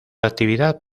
actividad